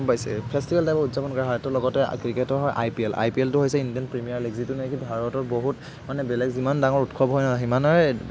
গম পাইছে ফেষ্টিভেল টাইপৰ উদযাপন কৰা হয় ত' লগতে ক্ৰিকেটৰ হয় আইপিএল আইপিএলটো হৈছে ইণ্ডিয়ান প্ৰিমিয়াৰ লীগ যিটো নেকি ভাৰতৰ বহুত মানে বেলেগ যিমান ডাঙৰ উৎসৱ হয় সিমানেই